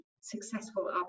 successful